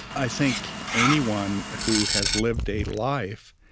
i think anyone who has lived a life,